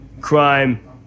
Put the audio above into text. crime